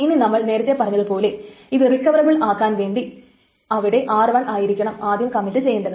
ഇനി നമ്മൾ നേരത്തെ പറഞ്ഞതു പോലെ ഇത് റിക്കവറബിൾ ആക്കാൻ വേണ്ടി അവിടെ r1 ആയിരിക്കണം ആദ്യം കമ്മിറ്റ് ചെയ്യേണ്ടത്